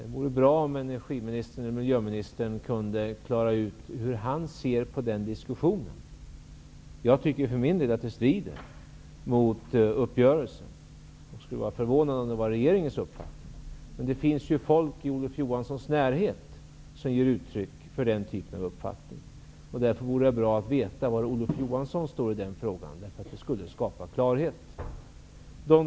Det vore bra om miljöministern kunde klara ut hur han ser på den diskussionen. Jag tycker för min del att detta strider mot uppgörelsen, och det skulle förvåna mig om den uppfattning som framförts i debatten även är regeringens. Det finns emellertid folk i Olof Johanssons närhet som ger uttryck för denna uppfattning, och därför vore det bra att få veta var Olof Johansson står i den frågan. Det skulle skapa klarhet.